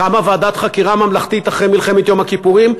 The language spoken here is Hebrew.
קמה ועדת חקירה ממלכתית אחרי מלחמת יום הכיפורים,